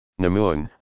Namun